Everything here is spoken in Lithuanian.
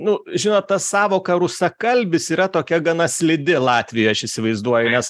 nu žinot ta sąvoka rusakalbis yra tokia gana slidi latvijoj aš įsivaizduoju nes